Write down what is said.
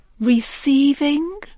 receiving